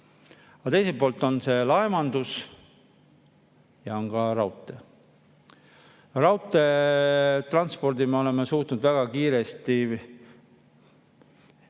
teiselt poolt on see laevandus ja ka raudtee. Raudteetranspordi me oleme suutnud väga kiiresti